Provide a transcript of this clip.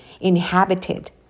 inhabited